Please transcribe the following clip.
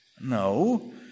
No